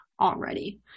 already